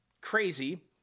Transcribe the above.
crazy